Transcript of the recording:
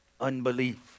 unbelief